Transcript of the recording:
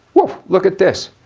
woah look at this.